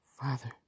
Father